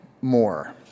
more